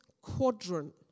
quadrant